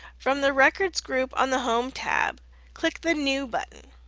from the records group on the home tab click the new button.